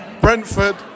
Brentford